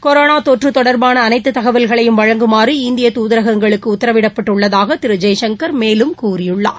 corona தொற்று தொடர்பான அனைத்து தகவல்களையும் வழங்குமாறு இந்திய துதரகங்களுக்கு உத்தரவிட்டுள்ளதாக திரு ஜெய்சங்கர் மேலும் கூறியுள்ளார்